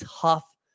tough